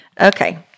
Okay